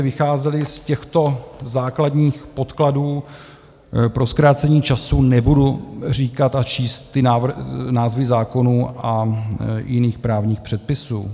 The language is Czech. Vycházeli jsme z těchto základních podkladů pro zkrácení času nebudu říkat a číst názvy zákonů a jiných právních předpisů.